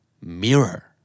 Mirror